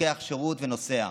לוקח שירות ונוסע.